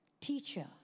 Teacher